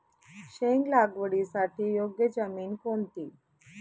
शेंग लागवडीसाठी योग्य जमीन कोणती?